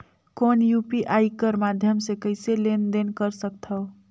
कौन यू.पी.आई कर माध्यम से कइसे लेन देन कर सकथव?